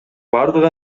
бардыгы